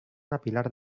capil·lar